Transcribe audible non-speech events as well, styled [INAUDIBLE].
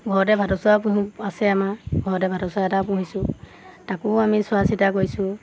ঘৰতে ভাটৌ চৰাই [UNINTELLIGIBLE] আছে আমাৰ ঘৰতে ভাটৌ চৰাই এটা পুহিছোঁ তাকো আমি চোৱা চিতা কৰিছোঁ